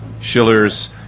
Schiller's